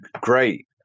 great